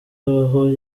habaho